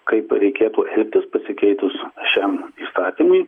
kaip reikėtų elgtis pasikeitus šiam įstatymui